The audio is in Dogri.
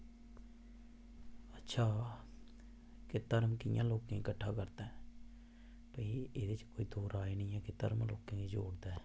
अच्छा की धर्म कियां लोकें गी किट्ठा करदा ऐ कि भई एह्दे च कोई दो राय निं ऐ की धर्म लोकें गी जोड़दा